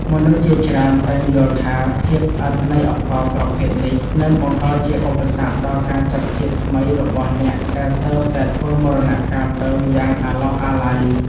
មនុស្សជាច្រើនតែងយល់ថាភាពស្អិតនៃអង្ករប្រភេទនេះនឹងបង្កជាឧបសគ្គដល់ការចាប់ជាតិថ្មីរបស់អ្នកដែលទើបតែធ្វើមរណកាលទៅយ៉ាងអាឡោះអាល័យ។